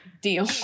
deal